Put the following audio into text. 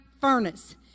furnace